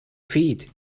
feet